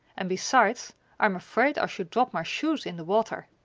and besides i'm afraid i should drop my shoes in the water.